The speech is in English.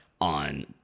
on